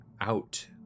out